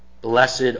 Blessed